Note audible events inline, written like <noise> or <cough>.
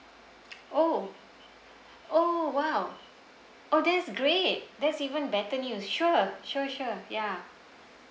<noise> oh oh !wow! oh that is great that's even better news sure sure sure ya